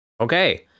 okay